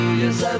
yes